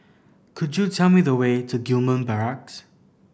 could you tell me the way to Gillman Barracks